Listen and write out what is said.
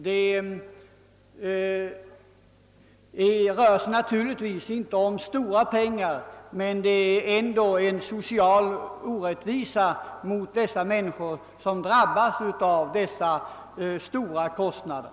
Det rör sig naturligtvis inte om stora pengar, men det är ändå en social orättvisa mot de människor som drabbas av dessa stora kostnader.